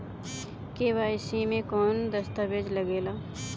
KYC मे कौन दश्तावेज लागेला?